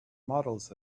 models